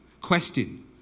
Question